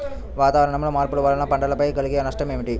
వాతావరణంలో మార్పుల వలన పంటలపై కలిగే నష్టం ఏమిటీ?